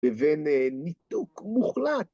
לבין ניתוק מוחלט